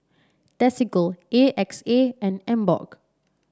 Desigual A X A and Emborg